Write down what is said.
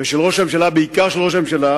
ושל ראש הממשלה, בעיקר של ראש הממשלה,